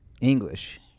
English